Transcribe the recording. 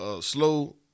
slow